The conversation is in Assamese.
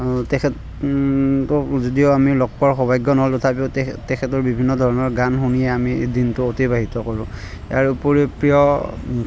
তেখেতক যদিও আমি লগ পোৱাৰ সৌভাগ্য নহ'ল তথাপিও তেখেতৰ বিভিন্ন ধৰণৰ গান শুনি আমি দিনটো অতিবাহিত কৰোঁ ইয়াৰ উপৰিও প্ৰিয়